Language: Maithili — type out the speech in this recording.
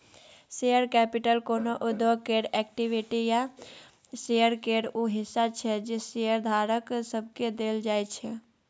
शेयर कैपिटल कोनो उद्योग केर इक्विटी या शेयर केर ऊ हिस्सा छै जे शेयरधारक सबके देल जाइ छै